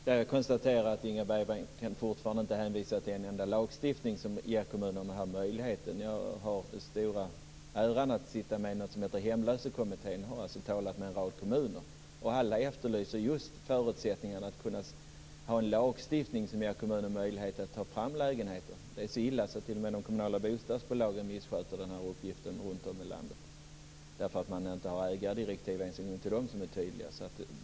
Fru talman! Jag konstaterar att Inga Berggren fortfarande inte hänvisar till en enda lag som ger kommunerna denna möjlighet. Jag har den stora äran att sitta med i något som heter Hemlösekommittén och har talat med en rad kommuner, och alla efterlyser just förutsättningen att ha en lagstiftning som ger kommunen möjlighet att ta fram lägenheter. Det är så illa att t.o.m. de kommunala bostadsbolagen runtom i landet missköter denna uppgift därför att det inte ens finns ägardirektiv för dem som är tydliga.